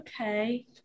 Okay